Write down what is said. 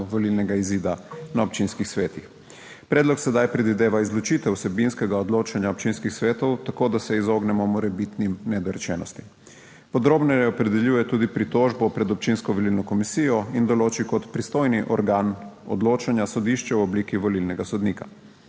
volilnega izida na občinskih svetih. Predlog sedaj predvideva izločitev vsebinskega odločanja občinskih svetov, tako da se izognemo morebitnim nedorečenostim. Podrobneje opredeljuje tudi pritožbo pred občinsko volilno komisijo in določi kot pristojni organ odločanja sodišče v obliki volilnega sodnika.